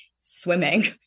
swimming